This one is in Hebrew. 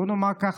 בוא נאמר כך,